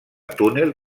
túnel